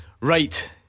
Right